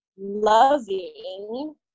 loving